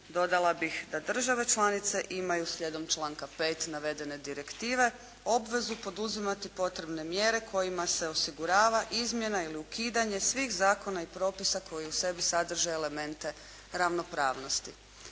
dodala bih da države članice imaju slijedom članka 5. navedene direktive obvezu poduzimati potrebne mjere kojima se osigurava izmjena ili ukidanje svih zakona i propisa koji u sebi sadrže elemente ravnopravnosti